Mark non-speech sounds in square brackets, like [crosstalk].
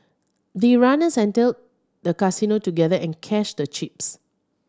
the runners [unintelligible] the casino together and cashed the chips